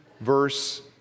verse